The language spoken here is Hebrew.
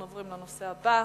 אנחנו עוברים לנושא הבא: